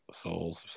Souls